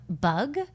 bug